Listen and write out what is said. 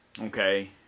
Okay